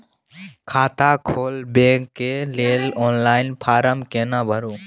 खाता खोलबेके लेल ऑनलाइन फारम केना भरु?